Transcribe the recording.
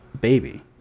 baby